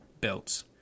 belts